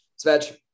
Svetch